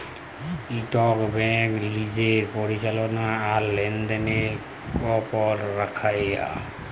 ইকট ব্যাংক লিজের পরিচাললা আর লেলদেল গপল রাইখে